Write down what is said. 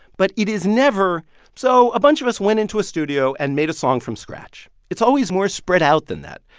but it is never so a bunch of us went into a studio and made a song from scratch. it's always more spread out than that,